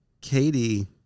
katie